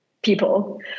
people